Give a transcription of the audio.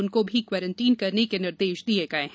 उनको भी क्वारंटीन करने के निर्देश दिये गये हैं